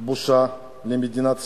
בושה למדינת ישראל,